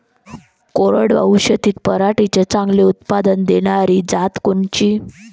कोरडवाहू शेतीत पराटीचं चांगलं उत्पादन देनारी जात कोनची?